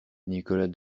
nicolas